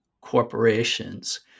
corporations